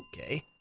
Okay